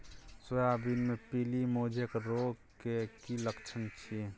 Soybean मे पीली mosaic रोग के की लक्षण छीये?